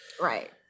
Right